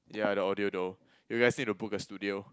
ya the audio though you guys need to book a studio